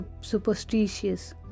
superstitious